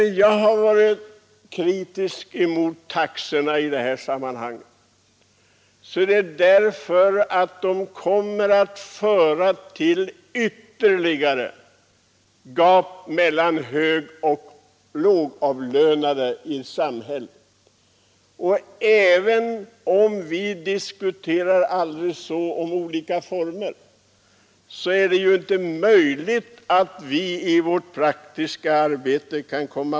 Jag är kritisk mot de föreslagna taxorna därför att de kommer att leda till ytterligare gap mellan högoch lågavlönade i samhället. Även om vi diskuterar de olika formerna aldrig så mycket, så löser det inte de problem landstingen möter i det praktiska arbetet.